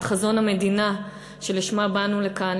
את חזון המדינה שלשמה באנו לכאן,